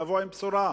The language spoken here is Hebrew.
לבוא עם בשורה,